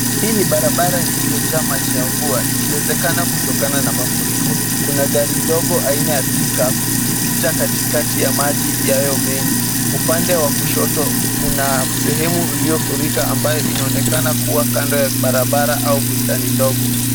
Hii ni barabara iliyojaa maji ya mvua, ikiwezekana kutokana na mafuriko. Kuna gari ndogo aina ya Pickup ikipita katikati ya maji hayo mengi. Upande wa kushoto kuna sehemu iliyofurika ambayo inaonekana kuwa kando ya barabara au bustani ndogo.